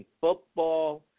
FOOTBALL